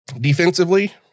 Defensively